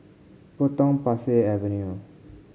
Potong Pasir Avenue